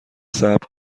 صبر